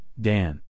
Dan